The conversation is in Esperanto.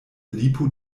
lipo